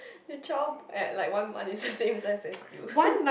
your child at like one month is like same size as you